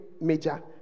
major